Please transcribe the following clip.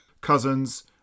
Cousins